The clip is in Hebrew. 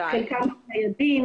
חלקם מחשבים ניידים,